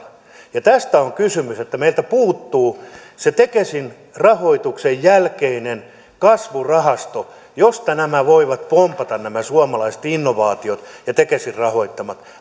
tästä on kysymys että meiltä puuttuu se tekesin rahoituksen jälkeinen kasvurahasto josta voivat pompata nämä suomalaiset innovaatiot ja tekesin rahoittamat